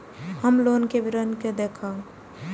हम लोन के विवरण के देखब?